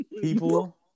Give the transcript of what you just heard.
people